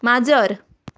माजर